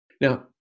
Now